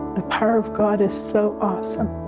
power of god is so awesome.